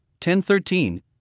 1013